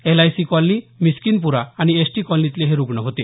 LIC colony मिस्किनप्रा आणि ST कॉलनीतले हे रुग्ण होते